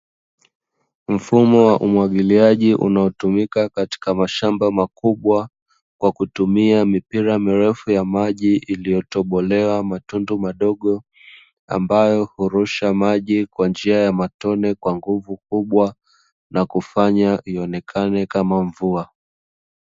Mfumo wa umwagiliaji unaotumika katika mashamba makubwa, kwa kutumia mipira mirefu ya maji iliyotobolewa matundu madogo, ambayo hurusha maji kwa njia ya matone kwa nguvu kubwa na kufanya ionekane kama mvua.